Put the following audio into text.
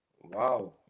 wow